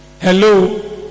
Hello